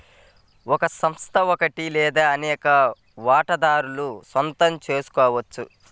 ఒక సంస్థ ఒకటి లేదా అనేక వాటాదారుల సొంతం చేసుకోవచ్చు